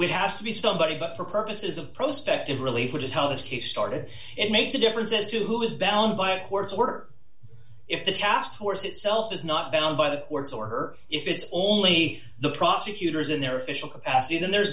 would have to be somebody but for purposes of prospect of relief which is how this case started it makes a difference as to who is bound by a court's order if the task force itself is not bound by the courts or if it's only the prosecutors in their official capacity then there's